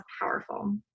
powerful